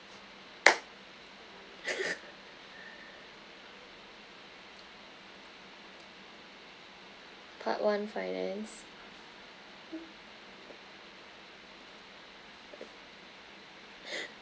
part one finance